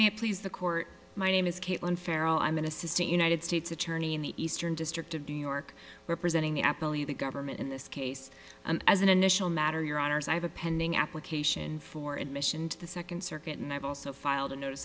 it please the court my name is caitlin farrow i'm an assistant united states attorney in the eastern district of new york representing apple you the government in this case and as an initial matter your honors i have a pending application for admission to the second circuit and i've also filed a notice